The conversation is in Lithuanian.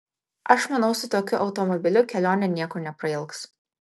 aš manau su tokiu automobiliu kelionė niekur neprailgs